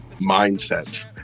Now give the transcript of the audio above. mindsets